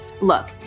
Look